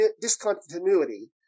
discontinuity